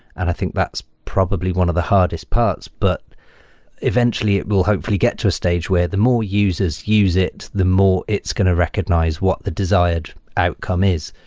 and i think that's probably one of the hardest parts. but eventually it will hopefully get to a stage where the more users use it, the more it's going to recognize what the desired outcome is.